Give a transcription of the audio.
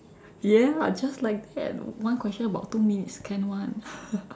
ya just like that one question about two minutes can [one]